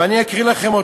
ואני אקריא לכם אותו.